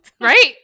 Right